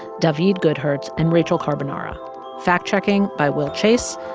daveed goodhertz and rachel carbonara fact-checking by will chase.